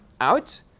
out